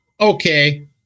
okay